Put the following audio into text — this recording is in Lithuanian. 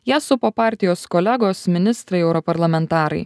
ją supo partijos kolegos ministrai europarlamentarai